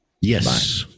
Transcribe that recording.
Yes